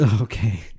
Okay